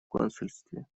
консульстве